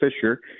Fisher